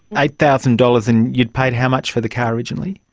eight thousand dollars. and you'd paid how much for the car originally?